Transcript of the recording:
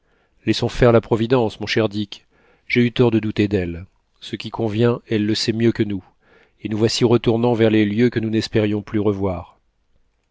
laissons faire la providence mon cher dick j'ai eu tort de douter d'elle ce qui convient elle le sait mieux que nous et nous voici retournant vers les lieux que nous n'espérions plus revoir